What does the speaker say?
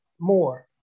more